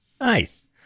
nice